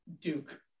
Duke